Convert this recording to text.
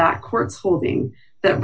that court's holding that